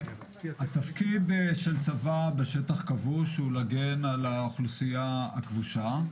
התפקיד של צבא בשטח כבוש הוא להגן על האוכלוסייה הכבושה.